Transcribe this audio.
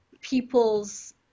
people's